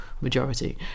majority